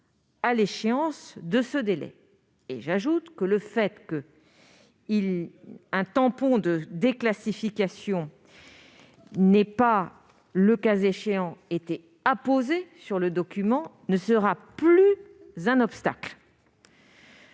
à l'échéance de ce délai. En outre, le fait qu'un tampon de déclassification n'ait pas été apposé sur le document ne sera plus un obstacle.